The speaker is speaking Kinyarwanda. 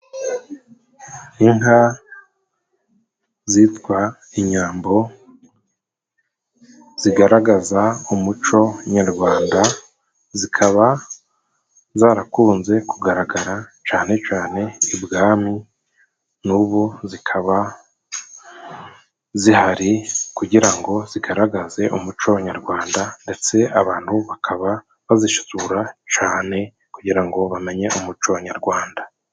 Inka zitwa inyambo, zigaragaza umuco nyarwanda zikaba zarakunze kugaragara cane cane ibwami, n'ubu zikaba zihari kugira ngo zigaragaze umuco nyarwanda. Ndetse abantu bakaba bazishura cane kugira ngo bamenye umuco nyarwanda.